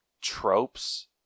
tropes